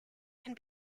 can